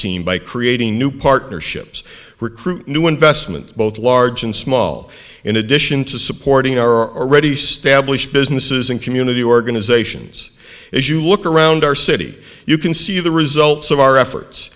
team by creating new partnerships recruit new investments both large and small in addition to supporting our already established businesses and community organizations as you look around our city you can see the results of our efforts